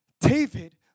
David